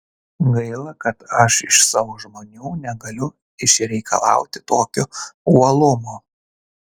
gaila kad aš iš savo žmonių negaliu išreikalauti tokio uolumo